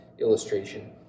illustration